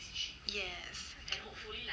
yes